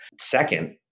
Second